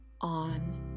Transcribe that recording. on